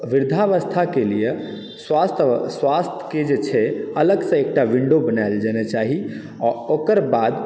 वृद्धावस्थाके लिए स्वास्थ्य के जे छै अलग से एकटा विंडो बनायल जेना चाही आ ओकर बाद